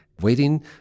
waiting